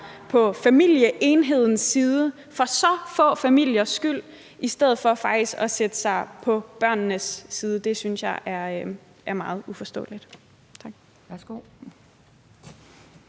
på familieenhedens side for så få familiers skyld i stedet for faktisk at stille sig på børnenes side. Det synes jeg er meget uforståeligt.